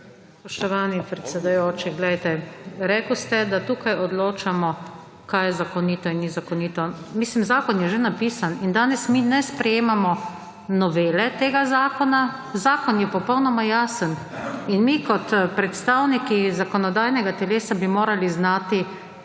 Spoštovani predsedujoči, poglejte. Rekel ste, da tukaj odločamo kaj je zakonito in ni zakonito. Mislim, zakon je že napisan in danes mi ne sprejemamo novele tega zakona. Zakon je popolnoma jasen in mi kot predstavniki zakonodajnega teles bi morali znati